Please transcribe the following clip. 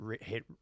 hit